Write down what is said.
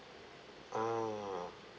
ah